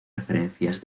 referencias